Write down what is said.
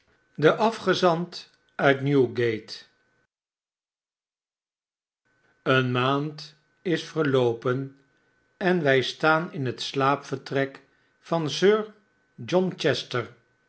de afgezant uit newgate eene maand is verloopen en wij staan in het slaapvertrek van sir john chester